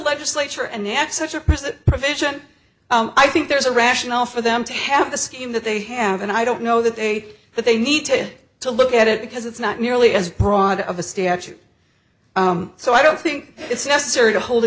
legislature and the act such appears that provision i think there's a rational for them to have the scheme that they have and i don't know that they that they needed to look at it because it's not nearly as broad of a statute so i don't think it's necessary to hold a